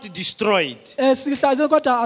destroyed